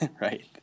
Right